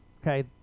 Okay